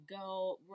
go